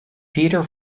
peter